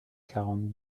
quarante